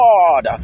God